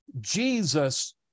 Jesus